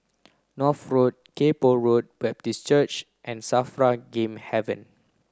North Road Kay Poh Road Baptist Church and SAFRA Game Haven